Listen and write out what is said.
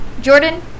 Jordan